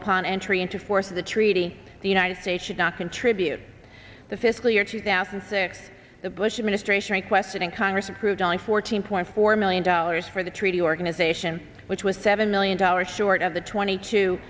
upon entry into force of the treaty the united states should not contribute to the fiscal year two thousand and six the bush administration requested in congress approved on fourteen point four million dollars for the treaty organization which was seven million dollars short of the twenty two